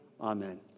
Amen